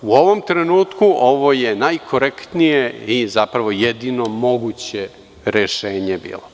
U ovom trenutku ovo je najkorektnije i zapravo jedino moguće rešenje koje je bilo.